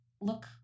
look